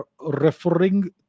referring